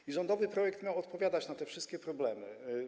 I rządowy projekt miał odpowiadać na te wszystkie problemy.